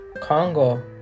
congo